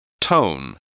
Tone